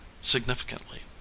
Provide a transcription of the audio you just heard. significantly